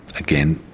again,